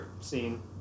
scene